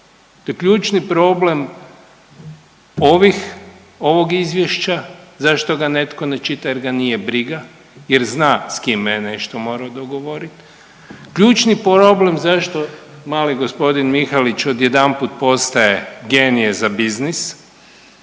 problem, ključni problem ovih, ovog izvješća zašto ga netko ne čita jer ga nije briga, jer zna s kime je nešto morao dogovoriti. Ključni problem zašto mali gospodin Mihalić odjedanput postaje genije za biznis,